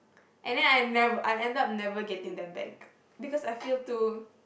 and then I never I end up never getting them back because I feel too